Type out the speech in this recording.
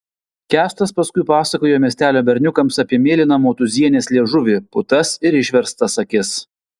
kęstas paskui pasakojo miestelio berniukams apie mėlyną motūzienės liežuvį putas ir išverstas akis